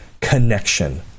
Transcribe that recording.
connection